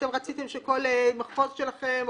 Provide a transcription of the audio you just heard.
רציתם שכל מחוז שלכם,